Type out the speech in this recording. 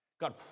God